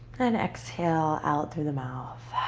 and exhale out through the mouth